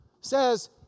says